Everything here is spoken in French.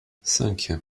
cinq